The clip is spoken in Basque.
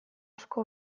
asko